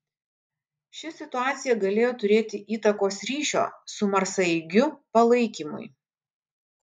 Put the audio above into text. ši situacija galėjo turėti įtakos ryšio su marsaeigiu palaikymui